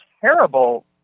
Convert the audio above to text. terrible